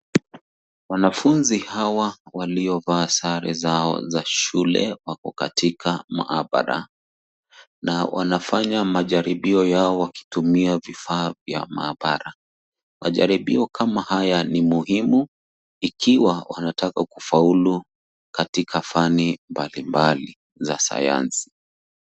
Wanafunzi hawa waliovaa sare zao za shule wako katika maabara na wanafanya majaribio yao wakitumia vifaa vya maabara. Majaribio kama haya ni muhimu ikiwa wanataka kufaulu katika fani mbali mbali za sayansi